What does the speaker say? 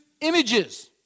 images